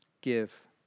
give